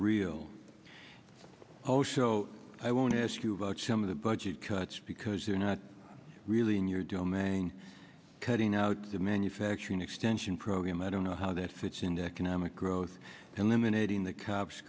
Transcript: real also i want to ask you about some of the budget cuts because they're not really in your domain cutting out the manufacturing extension program i don't know how that fits in the economic growth and women aiding the cops